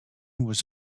was